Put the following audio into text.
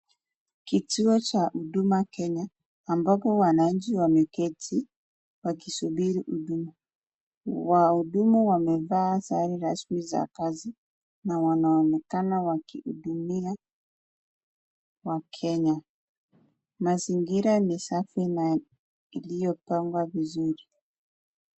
Kituo cha huduma Kenya, ambapo wananchi wameketi wakisubiri huduma. Wahudumu wamevaa sare rasmi za kazi na wanaonekana wakihudumia wakenya. Mazingira ni safi na iliyopangwa vizuri.